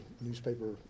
newspaper